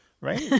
right